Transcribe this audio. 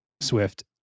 Swift